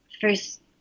First